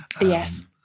Yes